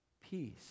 peace